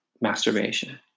masturbation